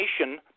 nation